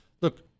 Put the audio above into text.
Look